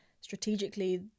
strategically